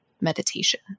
meditation